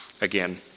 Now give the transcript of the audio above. again